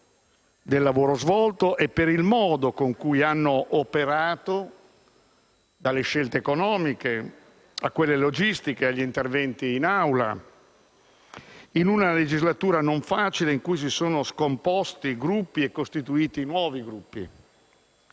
del lavoro svolto e per il modo con cui hanno operato, dalle scelte economiche, a quelle logistiche, agli interventi in Aula, in una legislatura non facile, in cui si sono scomposti e costituiti nuovi Gruppi.